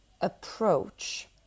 approach